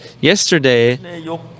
yesterday